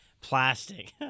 Plastic